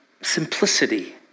simplicity